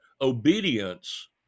obedience